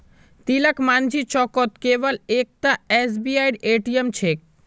तिलकमाझी चौकत केवल एकता एसबीआईर ए.टी.एम छेक